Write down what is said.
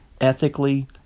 ethically